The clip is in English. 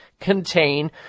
contain